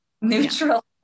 neutral